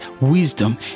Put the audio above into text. wisdom